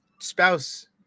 spouse